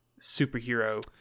superhero